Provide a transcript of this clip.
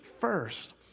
first